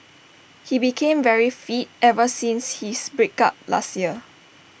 he became very fit ever since his break up last year